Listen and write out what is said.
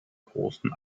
großen